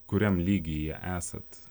kuriam lygyje esat